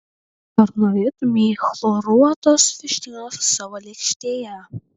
ar norėtumei chloruotos vištienos savo lėkštėje